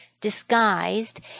disguised